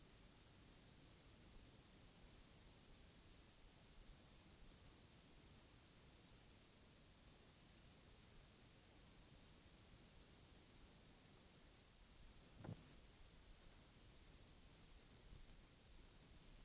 Vi vill att människor skall ha tillgång till läkare efter det reella behov man har och inte så som det är i dag.